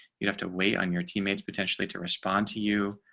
you'd have to wait on your teammates, potentially, to respond to you.